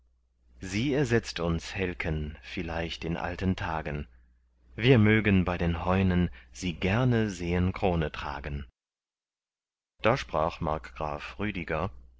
sie ersetzt uns helken vielleicht in alten tagen wir mögen bei den heunen sie gerne sehen krone tragen da sprach markgraf rüdiger